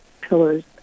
pillars